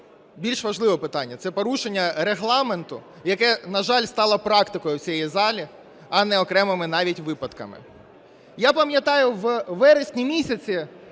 більш важливе питання – це порушення Регламенту, яке, на жаль, стало практикою в цій залі, а не окремими навіть випадками. Я пам'ятаю, у вересні місяці